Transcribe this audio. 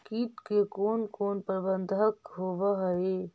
किट के कोन कोन प्रबंधक होब हइ?